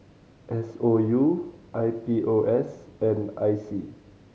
S O U I P O S and I C